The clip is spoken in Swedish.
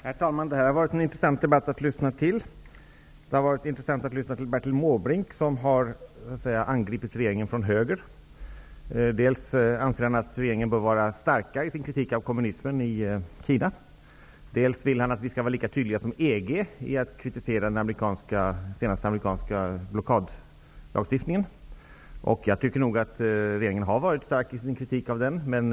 Herr talman! Det här har varit en intressant debatt att lyssna till. Det har varit intressant att lyssna till Bertil Måbrink, som har angripit regeringen från höger. Dels anser han att regeringen bör vara starkare i sin kritik av kommunismen i Kina, dels vill han att regeringen skall vara lika tydlig som EG i att kritisera den senaste amerikanska blockadlagstiftningen. Jag tycker nog att regeringen har varit stark i sin kritik av den lagstiftningen.